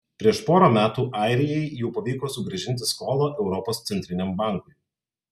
prieš porą metų airijai jau pavyko sugrąžinti skolą europos centriniam bankui